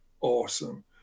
awesome